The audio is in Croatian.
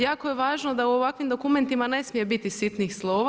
Jako je važno da u ovakvim dokumentima ne smije biti sitnih slova.